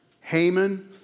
Haman